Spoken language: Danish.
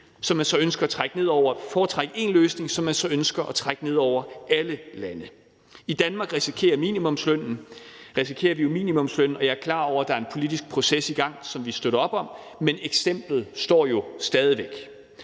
problemer ved at foretrække én løsning, som man så ønsker at trække ned over alle lande. I Danmark risikerer vi minimumsløn – jeg er klar over, at der er en politisk proces i gang, som vi støtter op om, men eksemplet står jo stadig væk.